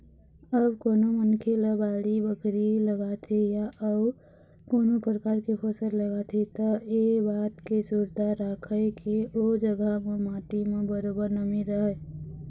जब कोनो मनखे ह बाड़ी बखरी लगाथे या अउ कोनो परकार के फसल लगाथे त ऐ बात के सुरता राखय के ओ जघा म माटी म बरोबर नमी रहय